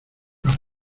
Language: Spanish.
los